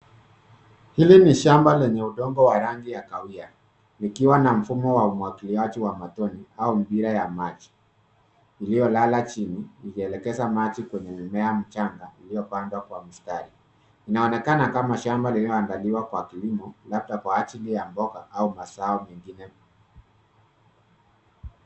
Hili ni shamba lenye udongo wa rangi ya kahawia, likiwa na mfumo wa umwagiliaji wa matone au mipira ya maji, iliyolala chini, ikielekeza maji kwenye mimea michanga iliyopandwa kwa mistari. Inaonekana kama shamba liliyoandaliwa kwa kilimo, labda kwa ajili ya mboga au mazao mengine.